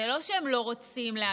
זה לא שהם לא רוצים להגיד,